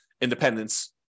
independence